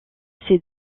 ses